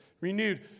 Renewed